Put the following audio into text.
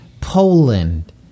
Poland